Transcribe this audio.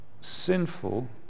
sinful